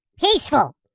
peaceful